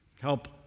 Help